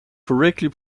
correctly